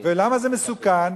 ולמה זה מסוכן?